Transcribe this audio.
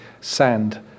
sand